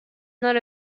not